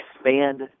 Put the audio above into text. expand